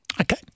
Okay